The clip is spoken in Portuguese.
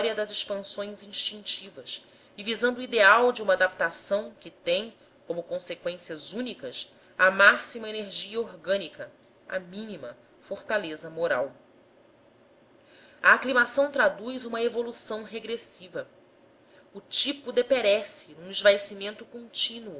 das expansões instintivas e visando o ideal de uma adaptação que tem como conseqüências únicas a máxima energia orgânica a mínima fortaleza moral a aclimação traduz uma evolução regressiva o tipo deperece num esvaecimento contínuo